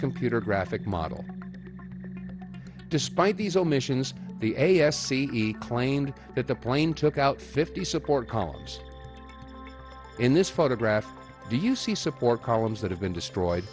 computer graphic model despite these omissions the a s e claimed that the plane took out fifty support columns in this photograph do you see support columns that have been destroyed